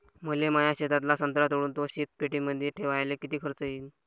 मले माया शेतातला संत्रा तोडून तो शीतपेटीमंदी ठेवायले किती खर्च येईन?